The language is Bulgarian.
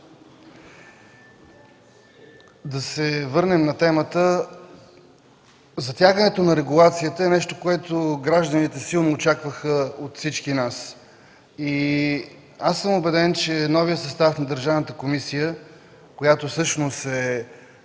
Да се върнем на темата. Затягането на регулацията е нещо, което гражданите силно очакваха от всички нас. Аз съм убеден, че новият състав на Държавната комисия, която всъщност е